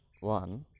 one